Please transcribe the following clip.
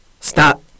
Stop